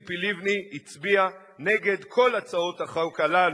ציפי לבני הצביעה נגד כל הצעות החוק הללו.